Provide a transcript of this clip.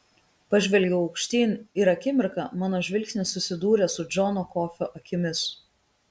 pažvelgiau aukštyn ir akimirką mano žvilgsnis susidūrė su džono kofio akimis